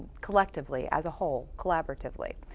collectively, as a whole, collaboratively.